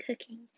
cooking